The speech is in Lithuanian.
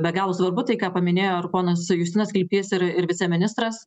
be galo svarbu tai ką paminėjo ir ponas justinas kilpys ir ir viceministras